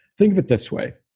think of it this way.